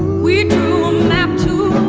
we drew a map to